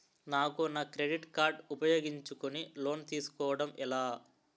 నాకు నా credit card ఉపయోగించుకుని లోన్ తిస్కోడం ఎలా?